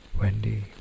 Wendy